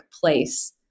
place